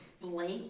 blank